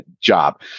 job